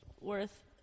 worth